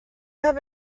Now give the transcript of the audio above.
have